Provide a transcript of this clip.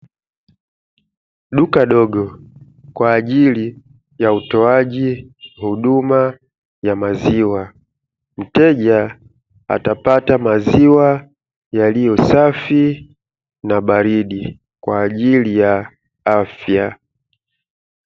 Duka dogo kwa ajili ya utoaji wa huduma ya maziwa. Mteja atapata maziwa yaliyo safi na baridi kwa ajili ya afya.